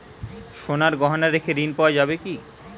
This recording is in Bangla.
সোনার গহনা রেখে ঋণ পাওয়া যাবে কি?